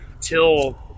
till